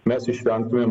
mes išvengtumėm